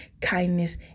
kindness